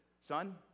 son